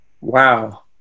Wow